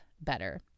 better